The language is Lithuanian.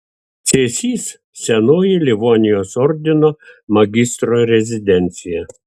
cėsys senoji livonijos ordino magistro rezidencija